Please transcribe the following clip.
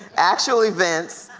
actual events,